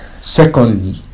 secondly